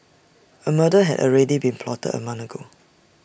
A murder had already been plotted A month ago